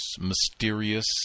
mysterious